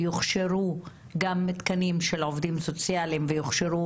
יוכשרו גם מתקנים של עובדים סוציאליים ויוכשרו